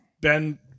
Ben